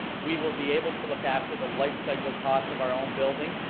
we will be able to look after the life cycle cost of our own building,